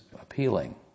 appealing